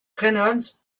reynolds